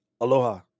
Aloha